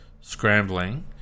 scrambling